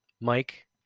Mike